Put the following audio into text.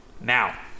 Now